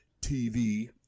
TV